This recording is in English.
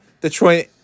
Detroit